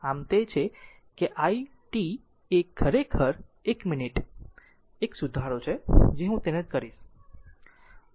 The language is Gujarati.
આમ તે છે i t એ આ ખરેખર 1 મિનિટ એક સુધારો છે જે હું તેને કરીશ